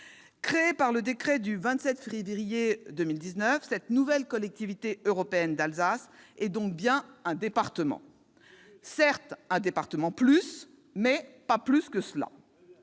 Créée par le décret du 27 février 2019, cette nouvelle Collectivité européenne d'Alsace est donc bien un département. Tout juste ! Certes, un département « plus », mais pas plus que cela.